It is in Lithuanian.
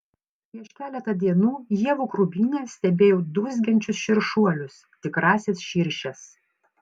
prieš keletą dienų ievų krūmyne stebėjau dūzgiančius širšuolus tikrąsias širšes